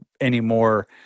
anymore